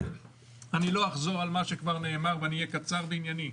אני לא אחזור על מה שכבר נאמר ואני אהיה קצר וענייני.